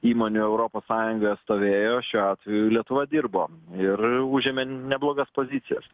įmonių europos sąjungoje stovėjo šiuo atveju lietuva dirbo ir užėmė neblogas pozicijas